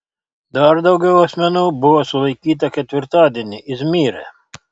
dar daugiau asmenų buvo sulaikyta ketvirtadienį izmyre